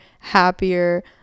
happier